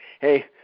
hey